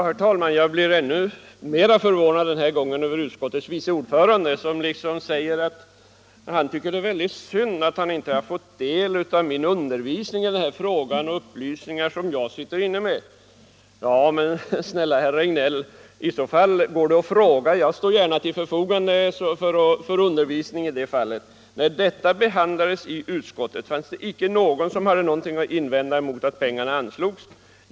Herr talman! Jag blir ännu mer förvånad den här gången över utskottets vice ordförande, som säger att det är väldigt synd att han inte fått ta del av min undervisning i den här frågan och de upplysningar som jag sitter inne med. Men, snälla herr Regnéll, i så fall går det att fråga. Jag står gärna till förfogande för undervisning i det fallet. När detta behandlades i utskottet fanns det inte någon som hade något att invända mot att pengarna anslogs.